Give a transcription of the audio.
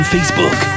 Facebook